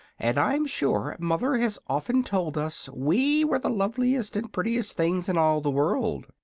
and i'm sure mother has often told us we were the loveliest and prettiest things in all the world.